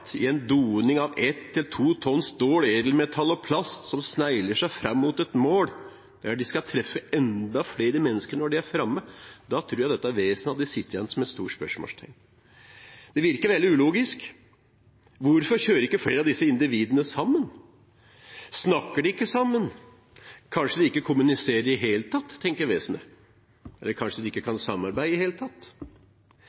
i en doning av ett til to tonn stål, edelmetaller og plast – som snegler seg fram mot et mål der de skal treffe enda flere mennesker når de er framme – tror jeg dette vesenet hadde sittet igjen som et stort spørsmålstegn. Det virker veldig ulogisk. Hvorfor kjører ikke flere av disse individene sammen? Snakker de ikke sammen? Kanskje de ikke kommuniserer i det hele tatt, tenker vesenet, eller kanskje de ikke kan